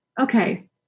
Okay